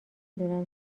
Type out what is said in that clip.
دونم